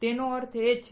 તેનો અર્થ શું છે